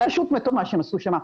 זה היה פשוט מטורף מה שהם עשו שם.